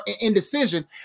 indecision